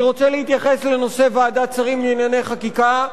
אני רוצה להתייחס לנושא ועדת שרים לענייני חקיקה.